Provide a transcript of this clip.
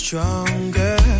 Stronger